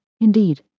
Indeed